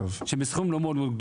שהם לא בסכומים מאוד גדולים.